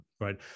right